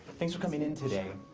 thanks for coming in today.